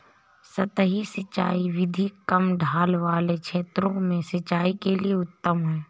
सतही सिंचाई विधि कम ढाल वाले क्षेत्रों में सिंचाई के लिए उत्तम है